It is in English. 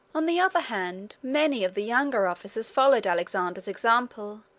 on the other hand, many of the younger officers followed alexander's example,